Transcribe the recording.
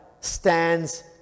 stands